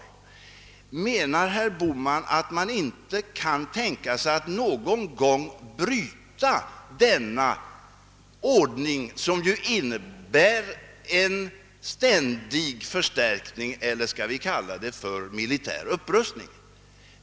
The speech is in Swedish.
Men menar herr Bohman nu att man inte kan tänka sig att någon gång bryta denna ordning — som ju innebär en ständig förstärkning, eller skall vi kalla det militär upprustning?